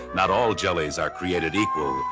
not all jellies are created equal.